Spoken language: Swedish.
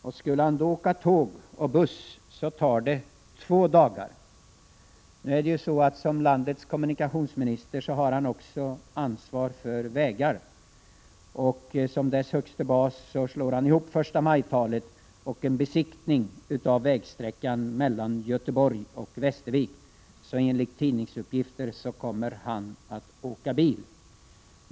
Om han skall åka buss och tåg tar det två dagar. Landets kommunikationsminister har också ansvar för vägar, och som dess högste bas slår han ihop förstamajtalet och en besiktning av vägsträckan mellan Göteborg och Västervik. Enligt tidningsuppgifter kommer han att åka bil.